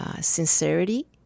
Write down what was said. sincerity